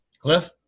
Cliff